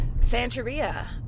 santeria